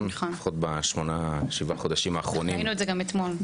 לפחות בשבעה או שמונה חודשים האחרונים,